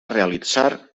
realitzar